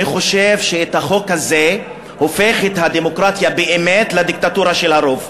אני חושב שהחוק הזה הופך את הדמוקרטיה באמת לדיקטטורה של הרוב,